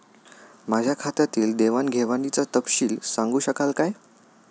माझ्या खात्यातील देवाणघेवाणीचा तपशील सांगू शकाल काय?